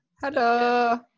Hello